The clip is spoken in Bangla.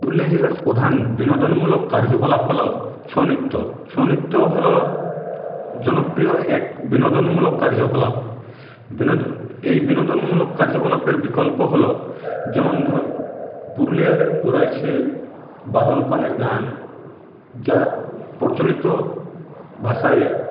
পুরুলিয়া জেলার প্রধান বিনোদনমূলক কার্যকলাপ হলো ছৌ নৃত্য ছৌ নৃত্য হলো জনপ্রিয় এক বিনোদনমূলক কার্যকলাপ বিনোদন এই বিনোদনমূলক কার্যকলাপের বিকল্প হলো যেমন ধরো পুরুলিয়ায় রয়েছে বাদল পালের গান যা প্রচলিত ভাষায়